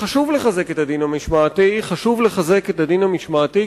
חשוב לחזק את הדין המשמעתי.